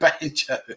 banjo